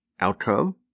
outcome